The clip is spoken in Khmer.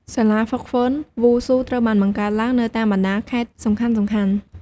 សាលាហ្វឹកហ្វឺនវ៉ូស៊ូត្រូវបានបង្កើតឡើងនៅតាមបណ្ដាខេត្តសំខាន់ៗ។